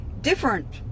different